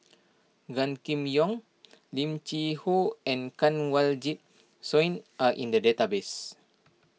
Gan Kim Yong Lim Cheng Hoe and Kanwaljit Soin are in the database